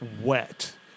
wet